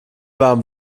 warm